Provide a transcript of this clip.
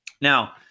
Now